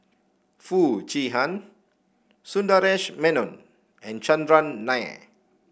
Foo Chee Han Sundaresh Menon and Chandran Nair